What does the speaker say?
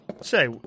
Say